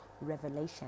revelation